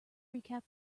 recap